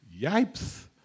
Yipes